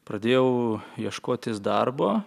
pradėjau ieškotis darbo